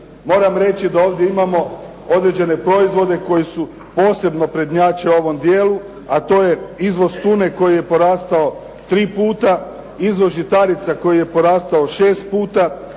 Moram reći da ovdje imamo određene proizvode koji su posebno prednjače ovom dijelu a to je izvoz tune koji je porastao tri puta, izvoz žitarica koji je porastao 6 puta.